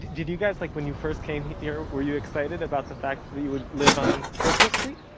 did you guys, like when you first came here, were you excited about the fact that you you would live on herzl street?